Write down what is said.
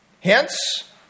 Hence